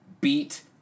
beat